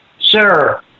Sir